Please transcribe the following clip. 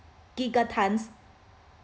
gigatons